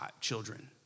children